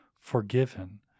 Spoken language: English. forgiven